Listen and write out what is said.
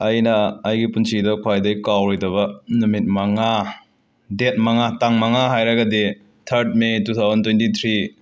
ꯑꯩꯅ ꯑꯩꯒꯤ ꯄꯨꯟꯁꯤꯗ ꯈ꯭ꯋꯥꯏꯗꯒꯤ ꯀꯥꯎꯔꯣꯏꯗꯕ ꯅꯨꯃꯤꯠ ꯃꯉꯥ ꯗꯦꯠ ꯃꯉꯥ ꯇꯥꯡ ꯃꯉꯥ ꯍꯥꯏꯔꯒꯗꯤ ꯊꯔꯠ May two thousand twenty three